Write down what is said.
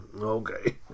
okay